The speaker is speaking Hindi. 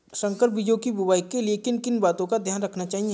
संकर बीजों की बुआई के लिए किन किन बातों का ध्यान रखना चाहिए?